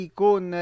con